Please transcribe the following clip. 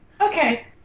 Okay